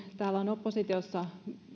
oppositiosta on